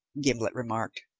gimblet remarked.